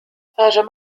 هاجم